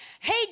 Hey